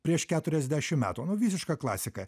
prieš keturiasdešimt metų nu visiška klasika